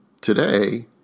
Today